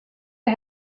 det